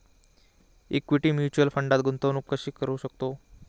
Equity mutual फंडात गुंतवणूक कशी करू शकतो?